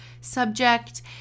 subject